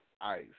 ice